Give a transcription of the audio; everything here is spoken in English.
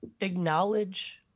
acknowledge